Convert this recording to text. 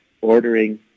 ordering